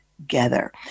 together